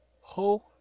ho